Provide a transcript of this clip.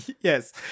Yes